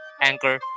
Anchor